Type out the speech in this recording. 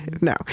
No